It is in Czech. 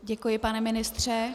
Děkuji, pane ministře.